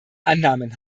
annahmen